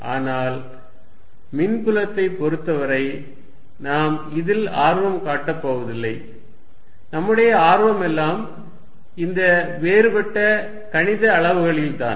ஆனால் மின்புலத்தை பொறுத்தவரை நாம் இதில் ஆர்வம் காட்டப் போவதில்லை நம்முடைய ஆர்வமெல்லாம் இந்த வேறுபட்ட கணித அளவுகளில்தான்